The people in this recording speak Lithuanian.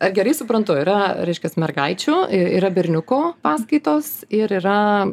ar gerai suprantu yra reiškias mergaičių yra berniukų paskaitos ir yra